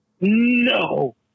No